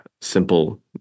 simple